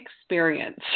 experience